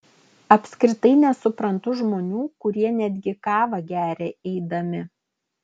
apskritai nesuprantu žmonių kurie netgi kavą geria eidami